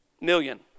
million